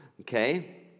Okay